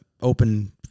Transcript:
open